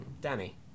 Danny